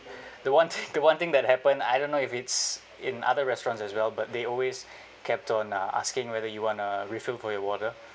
the one the one thing that happen I don't know if it's in other restaurants as well but they always kept on uh asking whether you wanna refill for your water